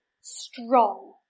strong